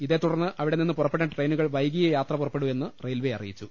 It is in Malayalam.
ഇതേ തുടർന്ന് അവിടെ നിന്ന് പുറപ്പെ ടേണ്ട ട്രെയിനുകൾ വൈകിയേ യാത്ര പുറപ്പെടൂവെന്ന് റെയിൽവെ അറിയിച്ചു